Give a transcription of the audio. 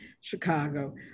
Chicago